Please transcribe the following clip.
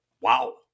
wow